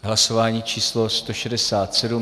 Hlasování číslo 167.